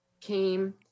came